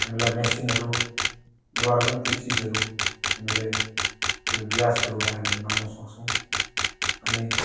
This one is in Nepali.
हामीलाई मेसिनहरूद्वारा पनि त्यो चिजहरू हामीले त्यो ग्यासहरूलाई हामीले मार्न सक्छौँ अनि